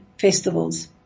festivals